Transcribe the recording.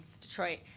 Detroit